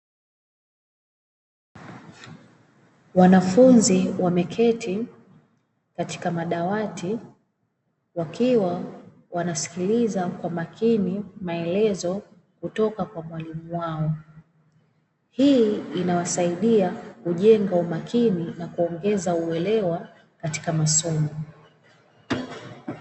Wanafunzi wameketi katika madawati, wakiwa wanasikiliza kwa makini maelezo kutoka kwa mwalimu wao. Hii inawasaidia kujenga umakini nakuongeza uelewa katika masomo.